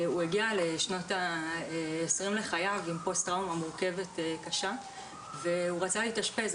הוא הגיע לשנות ה-20 לחייו עם פוסט טראומה מורכבת קשה והוא רצה להתאשפז,